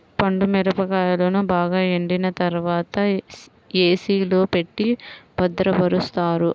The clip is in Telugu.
పండు మిరపకాయలను బాగా ఎండిన తర్వాత ఏ.సీ లో పెట్టి భద్రపరుస్తారు